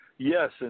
Yes